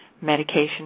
medication